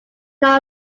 none